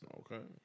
okay